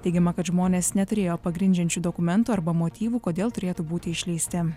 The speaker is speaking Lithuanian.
teigiama kad žmonės neturėjo pagrindžiančių dokumentų arba motyvų kodėl turėtų būti išleisti